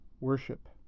worship